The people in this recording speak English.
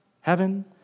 heaven